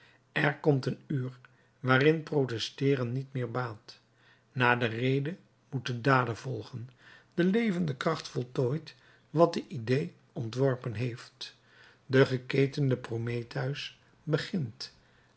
er komt een uur waarin protesteeren niet meer baat na de rede moeten daden volgen de levende kracht voltooit wat de idée ontworpen heeft de geketende prometheus begint